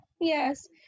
Yes